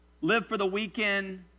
live-for-the-weekend